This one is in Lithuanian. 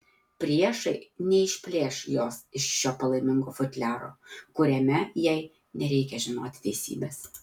priešai neišplėš jos iš šio palaimingo futliaro kuriame jai nereikia žinoti teisybės